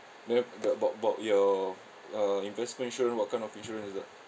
then about about about your uh investment insurance what kind of insurance is that